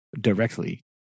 directly